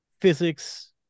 physics